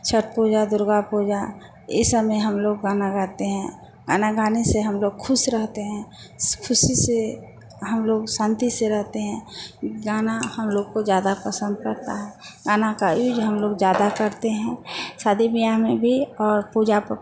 छठ पूजा दुर्गा पूजा इ सब में हम लोग गाना गाते हैं गाना गाने से हम लोग ख़ुश रहते हैं ख़ुशी से हम लोग शांति से रहते हैं गाना हम लोग को ज़्यादा पसंद पड़ता है गाने का यूज हम लोग ज़्यादा करते हैं शादी बियाह में भी और पूजा